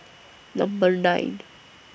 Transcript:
Number nine